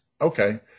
Okay